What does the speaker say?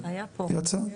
יצאה.